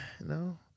No